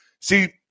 see